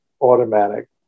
automatic